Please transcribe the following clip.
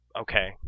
Okay